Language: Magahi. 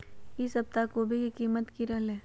ई सप्ताह कोवी के कीमत की रहलै?